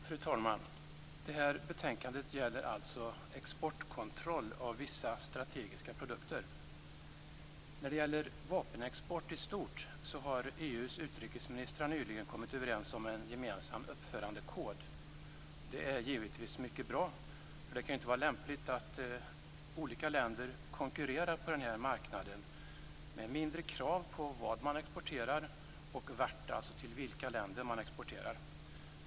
Fru talman! Det här betänkandet gäller alltså exportkontroll av vissa strategiska produkter. När det gäller vapenexportkontroll i stort har EU:s utrikesministrar nyligen kommit överens om en gemensam uppförandekod. Det är givetvis mycket bra. Det kan ju inte vara lämpligt att olika länder konkurrerar på den här marknaden med mindre krav på vad man exporterar och var, alltså till vilka länder, man exporterar.